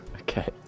Okay